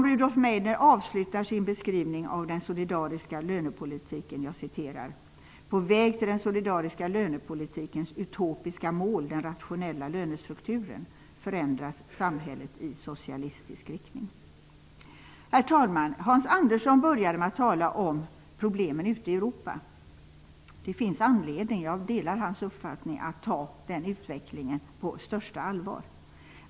Rudolf Meidner avslutar sin beskrivning av den solidariska lönepolitiken så här: ''På väg till den solidariska lönepolitikens utopiska mål, den ''rationella' lönestrukturen, förändras samhället i socialistisk riktning.'' Herr talman! Hans Andersson började med att tala om problemen ute i Europa. Jag delar hans uppfattning att det finns anledning att ta den utvecklingen på största allvar.